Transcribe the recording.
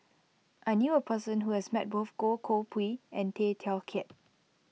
I knew a person who has met both Goh Koh Pui and Tay Teow Kiat